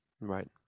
right